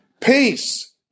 Peace